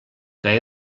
que